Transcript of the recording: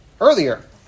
earlier